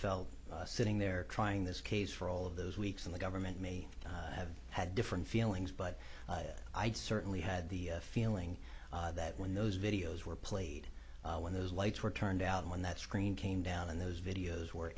felt sitting there trying this case for all of those weeks when the government may have had different feelings but i certainly had the feeling that when those videos were played when those lights were turned out when that screen came down and those videos were